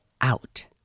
out